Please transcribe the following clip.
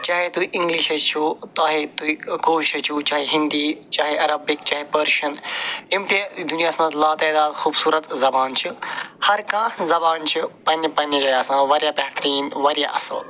چاہے تُہۍ اِنٛگلِش ہیٚچھُو تۄہہِ تُہۍ کٲشُر چھُ وٕچھان ہِنٛدی چاہے عربِک چاہے پٔرشن یِم تہِ دُنیاہس منٛز لاتعداد خوبصوٗرت زبانہٕ چھِ ہر کانٛہہ زبان چھِ پنٛنہِ پنٛنہِ جایہِ آسان واریاہ بہتریٖن وارِیاہ اَصٕل